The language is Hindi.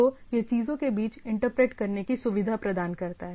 तो यह चीजों के बीच इंटरप्रेट करने की सुविधा प्रदान करता है